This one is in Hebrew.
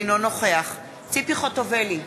אינו נוכח ציפי חוטובלי,